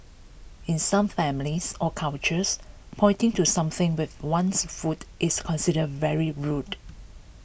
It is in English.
in some families or cultures pointing to something with one's foot is considered very rude